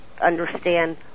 understand